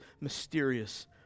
mysterious